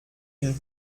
une